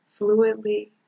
fluidly